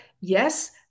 yes